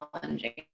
challenging